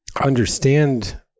Understand